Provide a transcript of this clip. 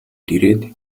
ирээд